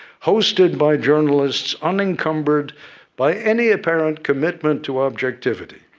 hosted by journalists unencumbered by any apparent commitment to objectivity,